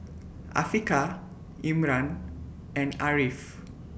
Afiqah Imran and Ariff